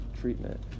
treatment